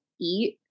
eat